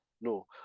No